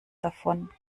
davon